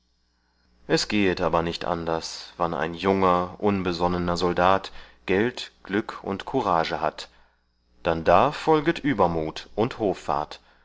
es gehet aber nicht anders wann ein junger unbesonnener soldat geld glück und courage hat dann da folget übermut und hoffart